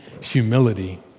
humility